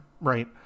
right